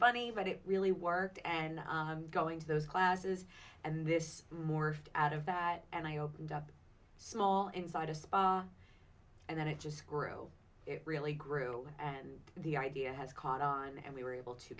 funny but it really worked and going to those classes and this morphed out of that and i opened up small inside of and then it just grew really grew and the idea has caught on and we were able to